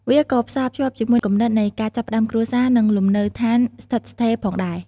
វាក៏ផ្សាភ្ជាប់ជាមួយគំនិតនៃការចាប់ផ្ដើមគ្រួសារ និងលំនៅស្ថានស្ថិតស្ថេរផងដែរ។